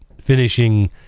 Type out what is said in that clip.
finishing